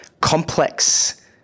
complex